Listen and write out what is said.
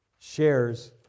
shares